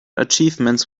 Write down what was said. achievements